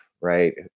right